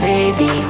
Baby